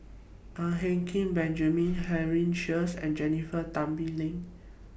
Ang Hin Kee Benjamin Henry Sheares and Jennifer Tan Bee Leng